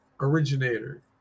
originator